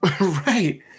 Right